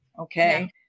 Okay